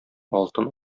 алтын